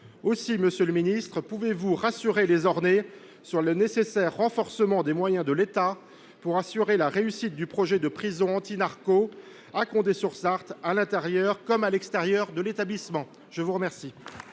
Aussi, monsieur le ministre, pouvez vous rassurer les Ornais sur le nécessaire renforcement des moyens de l’État pour assurer la réussite du projet de prison « anti narcos » à Condé sur Sarthe, à l’intérieur comme à l’extérieur de l’établissement ? La parole